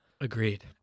Agreed